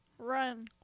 Run